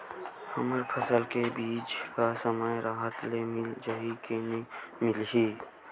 हमर फसल के बीज ह समय राहत ले मिल जाही के नी मिलही?